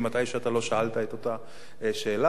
כאשר אתה שאלת את אותה שאלה.